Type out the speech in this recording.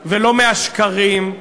ולא מהשקרים,